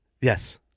Yes